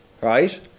right